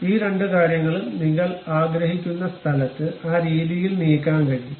ഈ രണ്ട് കാര്യങ്ങളും നിങ്ങൾ ആഗ്രഹിക്കുന്ന സ്ഥലത്ത് ആ രീതിയിൽ നീക്കാൻ കഴിയും